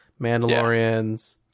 Mandalorians